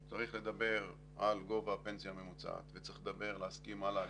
צריך לדבר על גובה הפנסיה הממוצעת וצריך להסכים על ההגדלות,